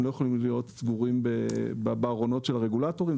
הם לא יכולים להיות סגורים בארונות של הרגולטורים,